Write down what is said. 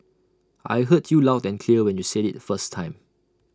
I heard you loud and clear when you said IT the first time